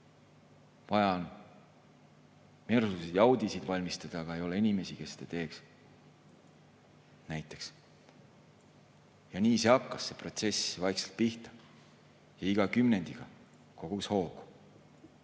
vaja on mersusid ja audisid valmistada, aga ei ole inimesi, kes seda teeks, näiteks –, hakkas see protsess vaikselt pihta ja iga kümnendiga kogus hoogu.